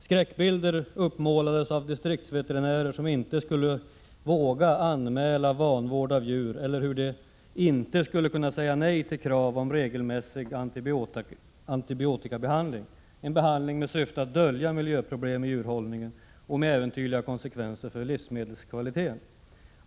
Skräckbilder uppmålades av distriktsveterinärer som påstods inte våga anmäla vanvård av djur eller som inte kunde säga nej till krav på regelmässig antibiotikabehandling, en behandling med syfte att dölja miljöproblem i djurhållningen och med äventyrliga konsekvenser för livsmedelskvaliteten.